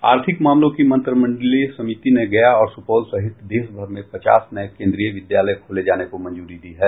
आर्थिक मामलों की मंत्रिमंडलीय समिति ने गया और सुपौल सहित देशभर में पचास नये केंद्रीय विद्यालय खोले जाने को मंजूरी दी है